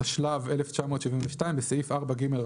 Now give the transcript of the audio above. התשל"ב-1972 בסעיף 4ג,